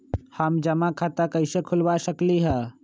हम जमा खाता कइसे खुलवा सकली ह?